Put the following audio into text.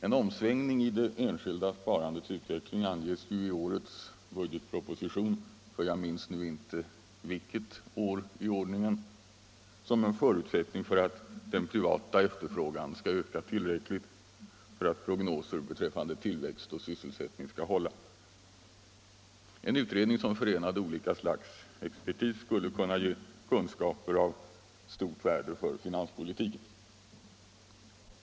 En omsvängning i det enskilda sparandets utveckling anges i årets budgetproposition — för jag minns nu inte vilket år i ordningen — som en förutsättning för att den privata efterfrågan skall öka tillräckligt för att prognoser beträffande tillväxt och sysselsättning skall hålla. En utredning som förenade olika slags expertis skulle kunna ge kunskaper av stort värde för finanspolitiken.